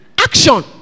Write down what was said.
Action